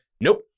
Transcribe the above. Nope